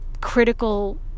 critical